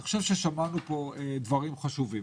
אני חושב ששמענו כאן דברים חשובים.